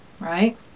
right